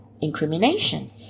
incrimination